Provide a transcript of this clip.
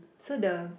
so the